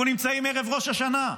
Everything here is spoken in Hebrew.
אנחנו נמצאים ערב ראש השנה.